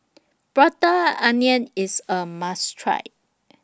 Prata Onion IS A must Try